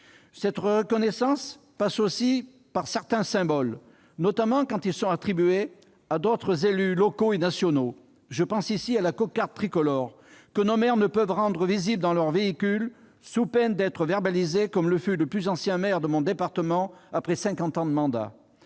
Cette reconnaissance passe aussi par certains symboles, notamment quand d'autres élus locaux et nationaux en bénéficient déjà. Je pense ici à la cocarde tricolore, que nos maires ne peuvent rendre visible dans leur véhicule sous peine d'être verbalisés, comme le fut le plus ancien maire de mon département, après cinquante ans de mandat